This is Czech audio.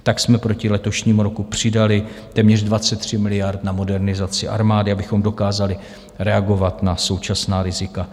Tak jsme proti letošnímu roku přidali téměř 23 miliard na modernizaci armády, abychom dokázali reagovat na současná rizika.